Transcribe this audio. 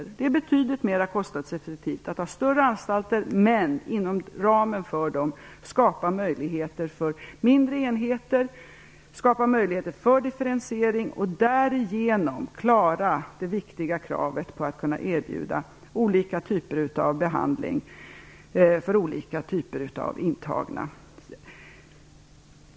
I stället är det betydligt mera kostnadseffektivt att ha större anstalter och att inom ramen för dem skapa möjligheter för mindre enheter och för en differentiering för att därigenom klara det viktiga kravet på att kunna erbjuda olika typer av behandling för olika typer av intagna.